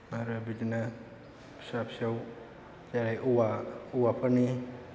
आरो बिदिनो फिसा फिसौ जेरै औवाफोरनि